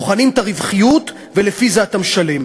בוחנים את הרווחיות, ולפי זה אתה משלם.